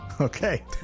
Okay